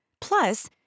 Plus